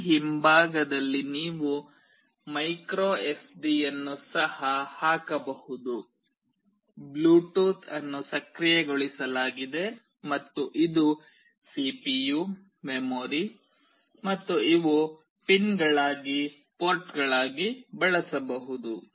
ಈ ಹಿಂಭಾಗದಲ್ಲಿ ನೀವು ಮೈಕ್ರೊ ಎಸ್ಡಿಯನ್ನು ಸಹ ಹಾಕಬಹುದು ಬ್ಲೂಟೂತ್ ಅನ್ನು ಸಕ್ರಿಯಗೊಳಿಸಲಾಗಿದೆ ಮತ್ತು ಇದು ಸಿಪಿಯು ಮೆಮೊರಿ ಮತ್ತು ಇವು ಪಿನ್ಗಳಾಗಿ ಪೋರ್ಟ್ಗಳಾಗಿ ಬಳಸಬಹುದು